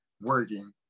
working